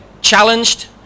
challenged